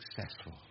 successful